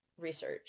research